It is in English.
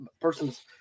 person's